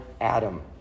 Adam